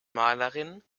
malerin